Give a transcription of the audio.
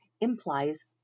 implies